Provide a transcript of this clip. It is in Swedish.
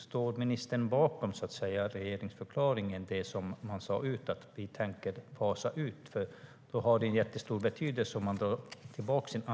Står ministern bakom det man sa i regeringsförklaringen om att man tänker fasa ut? Då har det en jättestor betydelse om ansökan dras tillbaka.